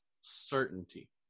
certainty